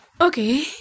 okay